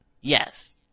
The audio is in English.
Yes